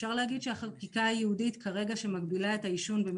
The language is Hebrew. אפשר להגיד שהחקיקה הייעודית שבמגבילה את העישון